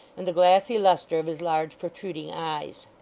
and the glassy lustre of his large protruding eyes.